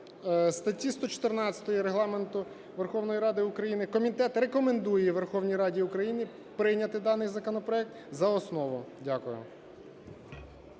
статті 114 Регламенту Верховної Ради України комітет рекомендує Верховній Раді України прийняти даний законопроект за основу. Дякую.